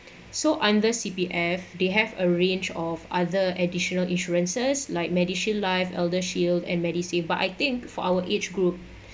so under C_P_F they have a range of other additional insurances like medishield life eldershield and medisave but I think for our age group